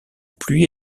pluie